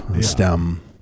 stem